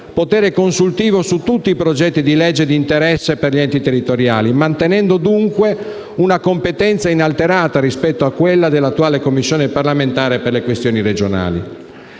potere consultivo su tutti i progetti di legge di interesse per gli enti territoriali, mantenendo dunque una competenza inalterata rispetto a quella della attuale Commissione parlamentare per le questioni regionali.